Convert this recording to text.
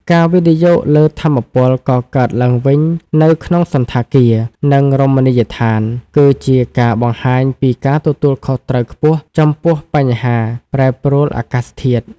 ការវិនិយោគលើថាមពលកកើតឡើងវិញនៅក្នុងសណ្ឋាគារ និងរមណីយដ្ឋាន គឺជាការបង្ហាញពីការទទួលខុសត្រូវខ្ពស់ចំពោះបញ្ហាប្រែប្រួលអាកាសធាតុ។